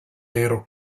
aereo